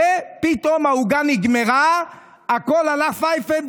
ופתאום העוגה נגמרה והכול הלך פייפן,